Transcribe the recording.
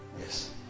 yes